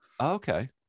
okay